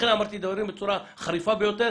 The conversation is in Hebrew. לכן אני קורא בצורה החריפה ביותר